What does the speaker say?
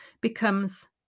becomes